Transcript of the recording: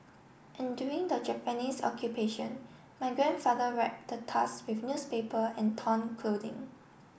and during the Japanese Occupation my grandfather wrapped the tusk with newspaper and torn clothing